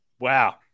Wow